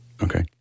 Okay